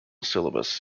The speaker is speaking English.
syllabus